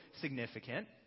significant